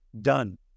Done